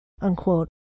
unquote